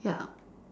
ya